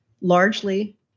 largely